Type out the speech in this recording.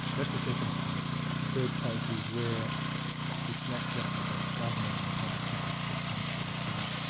that's the second case. the third case is where it's not just about government and the public interest that comes to the fore,